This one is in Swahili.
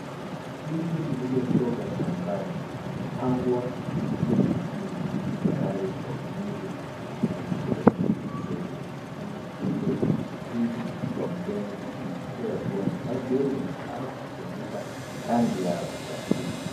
Ndizi zilizotoka shambani na kupangwa juu ya nyingine tayari kwa mnunuzi au kupelekwa katika soko. Ndizi hizo zi kijani kibichi ishara kuwa hazijaiva ama hazijageuka rangi yao ya asili.